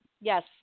yes